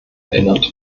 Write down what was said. erinnert